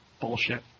bullshit